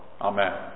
Amen